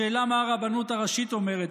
השאלה מה הרבנות הראשית אומרת,